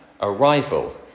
arrival